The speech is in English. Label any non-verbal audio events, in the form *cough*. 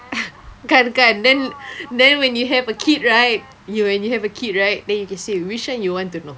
*laughs* kan kan then then when you have a kid right you when you have a kid right then you can say which one you want to know